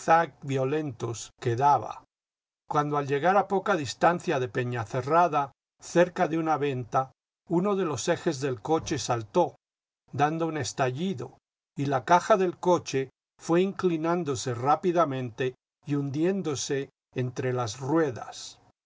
violentos que daba cuando al llegar a poca distancia de peñacerrada cerca de una venta uno de los ejes del coche saltó dando un estallido y la caja del coche fué inclinándose rápidamente y hundiéndose entre las ruedas